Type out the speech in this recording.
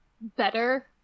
better